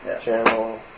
Channel